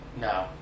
No